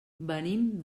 venim